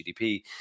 GDP